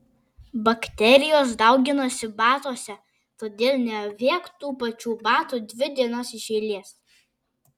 bakterijos dauginasi batuose todėl neavėk tų pačių batų dvi dienas iš eilės